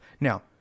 Now